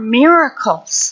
miracles